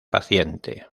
paciente